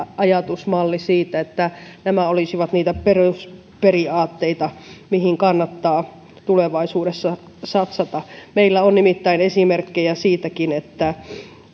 ajatusmalli siitä että nämä olisivat niitä perusperiaatteita mihin kannattaa tulevaisuudessa satsata meillä on nimittäin esimerkkejä siitäkin että